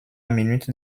minute